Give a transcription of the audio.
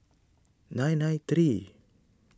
nine nine three